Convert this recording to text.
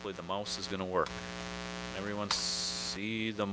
with the mouse is going to work everyone